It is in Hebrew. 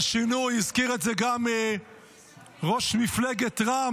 הזכיר את זה גם ראש מפלגת רע"מ,